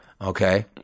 okay